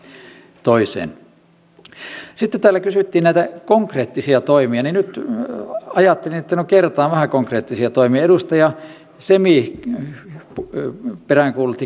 sitten kun täällä kysyttiin näitä konkreettisia toimia niin nyt ajattelin että no kertaan vähän konkreettisia toimia edustaja semi peräänkuulutti konkretiaa